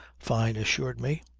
fyne assured me.